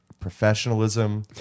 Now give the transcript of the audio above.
professionalism